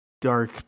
dark